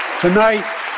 tonight